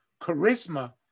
charisma